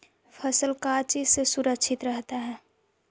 फसल का चीज से सुरक्षित रहता है?